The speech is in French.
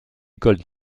école